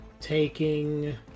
Taking